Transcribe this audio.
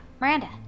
Miranda